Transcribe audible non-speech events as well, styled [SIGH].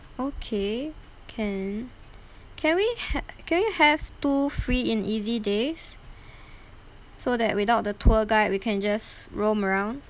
okay can can we ha~ can we have two free and easy days [BREATH] so that without the tour guide we can just roam around